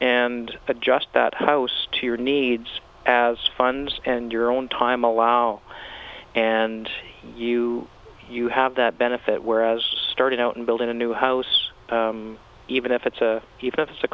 adjust that house to your needs as funds and your own time allow and you you have that benefit whereas starting out and building a new house even if it's even if it's a